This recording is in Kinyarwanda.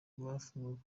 bafunzwe